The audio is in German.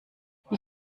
wie